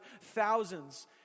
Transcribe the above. thousands